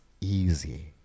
easy